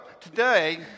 today